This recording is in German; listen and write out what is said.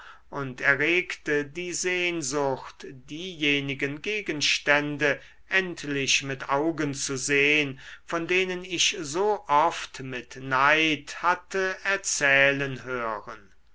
und erregte die sehnsucht diejenigen gegenstände endlich mit augen zu sehn von denen ich so oft mit neid hatte erzählen hören